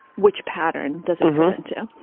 which pattern doesn't want to.